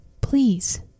Please